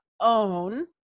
own